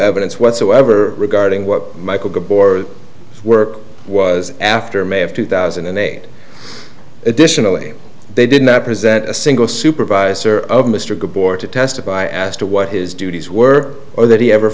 evidence whatsoever regarding what michael gabor work was after may of two thousand and eight additionally they did not present a single supervisor of mr gabor to testify as to what his duties were or that he ever